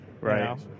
Right